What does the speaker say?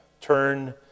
Turn